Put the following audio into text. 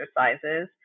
exercises